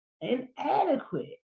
inadequate